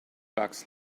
bucks